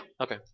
Okay